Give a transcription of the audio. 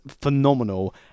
phenomenal